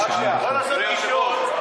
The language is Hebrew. מגיע לו עשר דקות,